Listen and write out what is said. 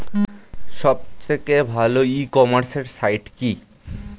সব থেকে ভালো ই কমার্সে সাইট কী?